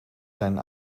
zijn